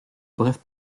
brèves